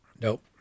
Nope